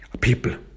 people